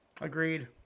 Agreed